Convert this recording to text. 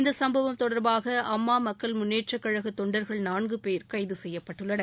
இந்த சம்பவம் தொடர்பாக அம்மா மக்கள் முன்னேற்றக் கழக தொண்டர்கள் நான்கு பேர் கைது செய்யப்பட்டுள்ளனர்